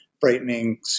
frightening